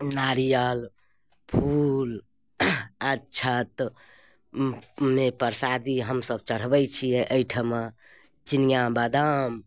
नारिअल फूल अच्छत ने परसादी हमसब चढ़बै छिए ओहिठाम चिनिआ बदाम